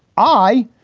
i,